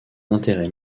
intérêt